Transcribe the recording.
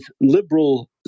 liberal